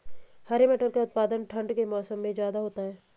हरे मटर का उत्पादन ठंड के मौसम में ज्यादा होता है